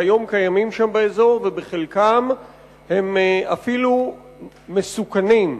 שהיום קיימים באזור ובחלקם הם אפילו מסוכנים.